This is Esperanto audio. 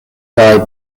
kaj